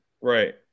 Right